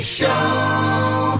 Show